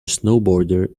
snowboarder